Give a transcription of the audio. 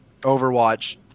Overwatch